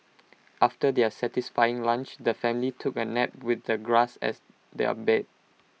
after their satisfying lunch the family took A nap with the grass as their bed